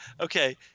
okay